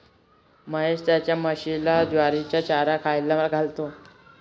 महेश त्याच्या म्हशीला ज्वारीचा चारा खायला घालतो